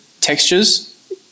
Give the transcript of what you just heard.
textures